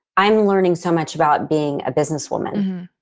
i'm learning so much about being a businesswoman.